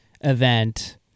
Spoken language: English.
event